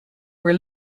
were